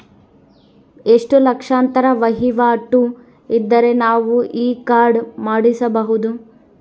ಎಷ್ಟು ಲಕ್ಷಾಂತರ ವಹಿವಾಟು ಇದ್ದರೆ ನಾವು ಈ ಕಾರ್ಡ್ ಮಾಡಿಸಬಹುದು?